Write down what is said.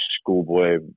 schoolboy